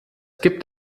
gibt